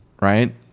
Right